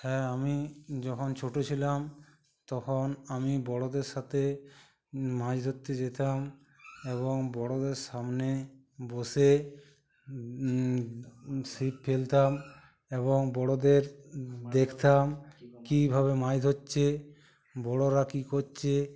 হ্যাঁ আমি যখন ছোটো ছিলাম তখন আমি বড়োদের সাথে মাচ ধরতে যেতাম এবং বড়োদের সামনে বসে ছিপ ফেলতাম এবং বড়োদের দেকতাম কীভাবে মাচ ধরছে বড়োরা কী করছে